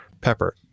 Pepper